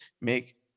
make